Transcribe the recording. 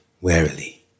warily